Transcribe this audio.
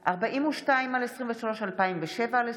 42/23, 2007/23,